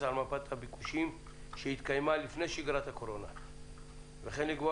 על מפת הביקושים שהתקיימה לפני שגרת הקורונה וכן לקבוע